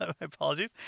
Apologies